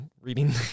reading